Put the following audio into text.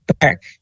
back